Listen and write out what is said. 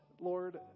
Lord